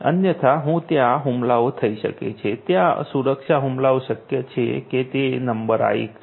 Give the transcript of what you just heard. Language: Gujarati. અન્યથા ત્યાં હુમલાઓ થઈ શકે છે ત્યાં સુરક્ષા હુમલાઓ શક્ય છે કે જે નંબર એક છે